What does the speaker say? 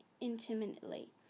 intimately